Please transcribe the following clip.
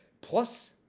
Plus